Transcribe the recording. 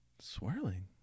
Swirling